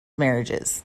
marriages